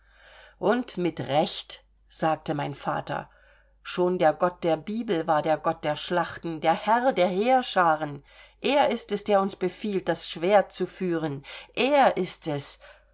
und mit recht sagte mein vater schon der gott der bibel war der gott der schlachten der herr der heerschaaren er ist es der uns befiehlt das schwert zu führen er ist es